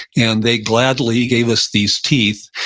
and they gladly gave us these teeth,